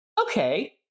Okay